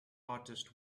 artist